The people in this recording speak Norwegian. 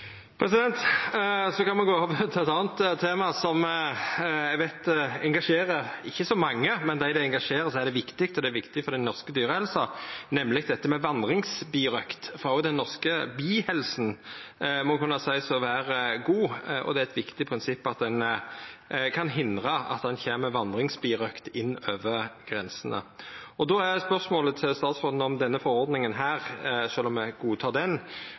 Så kan me gå over til eit anna tema som eg veit ikkje engasjerer så mange, men for dei det engasjerer, er det viktig, og det er viktig for den norske dyrehelsa, nemleg dette med vandringsbirøkt. For òg den norske bihelsa må kunna seiast å vera god, og det er eit viktig prinsipp at ein kan hindra at det kjem vandringsbirøkt inn over grensene. Då er spørsmålet til statstråden om det med denne forordninga, sjølv om